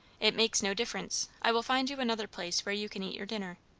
it makes no difference i will find you another place where you can eat your dinner.